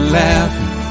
laughing